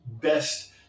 best